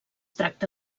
tracta